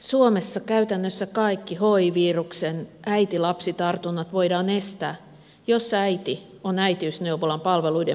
suomessa käytännössä kaikki hi viruksen äitilapsi tartunnat voidaan estää jos äiti on äitiysneuvolan palveluiden piirissä